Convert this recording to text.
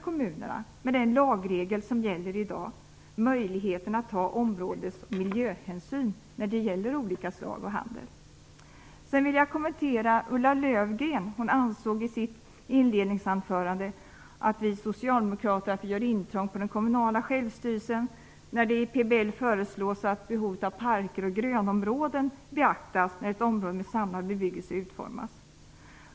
Men med den lagregel som gäller i dag förvägrar vi kommunerna möjligheten att ta områdes och miljöhänsyn när det gäller olika slag av handel. Sedan vill jag kommentera det Ulla Löfgren sade i sitt inledningsanförande, nämligen att vi socialdemokrater gör intrång i den kommunala självstyrelsen när det i PBL föreslås att behovet av parker och grönområden skall beaktas när ett område med samlad bebyggelse utformas.